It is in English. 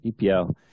EPL